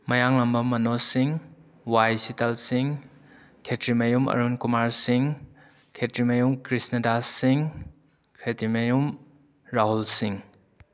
ꯃꯌꯥꯡꯂꯝꯕꯝ ꯃꯅꯣꯁ ꯁꯤꯡ ꯋꯥꯏ ꯁꯤꯇꯜ ꯁꯤꯡ ꯈꯦꯇ꯭ꯔꯤꯃꯌꯨꯝ ꯑꯔꯨꯟꯀꯨꯃꯥꯔ ꯁꯤꯡ ꯈꯦꯇ꯭ꯔꯤꯃꯌꯨꯝ ꯀ꯭ꯔꯤꯁꯅꯗꯥꯁ ꯁꯤꯡ ꯈꯦꯇ꯭ꯔꯤꯃꯌꯨꯝ ꯔꯥꯍꯨꯜ ꯁꯤꯡ